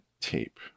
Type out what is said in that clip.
tape